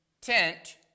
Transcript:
tent